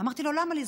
אמרתי לו: למה לזרוק?